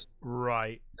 Right